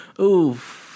Oof